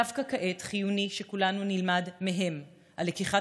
דווקא כעת חיוני שכולנו נלמד מהם על לקיחת